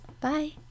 Bye